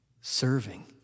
serving